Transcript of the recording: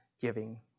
giving